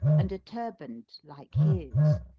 and a turband like his,